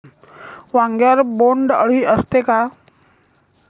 वांग्यावर बोंडअळी असते का?